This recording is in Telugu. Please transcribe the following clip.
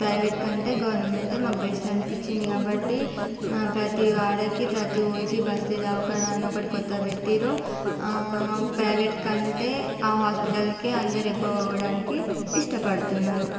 ప్రైవేట్ కంటే గవర్నమెంటే మాకు బెస్ట్ అనిపించింది కాబట్టి ప్రతి వాడకి ప్రతి ఊరికి బస్తి దావకానా అని ఒకటి కొత్తది పెట్టిర్రు ప్రైవేట్ కంటే ఆ హాస్పిటల్కి అందరూ ఎక్కువ పోవడానికి ఇష్టపడుతున్నారు